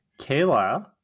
Kayla